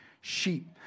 sheep